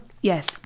Yes